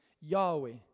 Yahweh